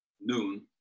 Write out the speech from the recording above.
noon